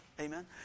Amen